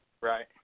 Right